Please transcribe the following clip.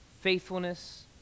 faithfulness